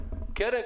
קרן,